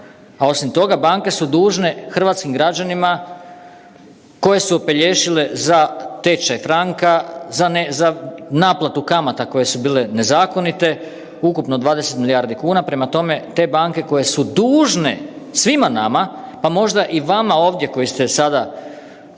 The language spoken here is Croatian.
a osim toga banke su dužne hrvatskim građanima koje su opelješile za tečaj franka, za naplatu kamata koje su bile nezakonite ukupno 20 milijardi kuna, prema tome te banke koje su dužne svima nama, pa možda i vama ovdje koji ste sada